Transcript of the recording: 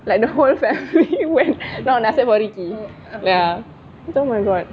like the whole family went except for ya oh my god